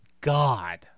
God